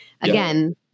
again